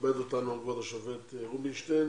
מכבד אותנו כבוד השופט רובינשטיין